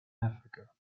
africa